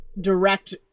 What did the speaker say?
direct